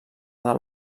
del